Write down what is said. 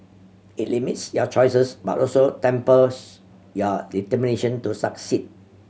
it limits your choices but also tempers your determination to succeed